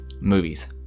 movies